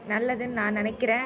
நல்லதுன்னு நான் நினைக்கிறேன்